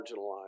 marginalized